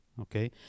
okay